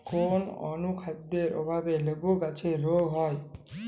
কোন অনুখাদ্যের অভাবে লেবু গাছের রোগ হয়?